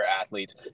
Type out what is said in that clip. athletes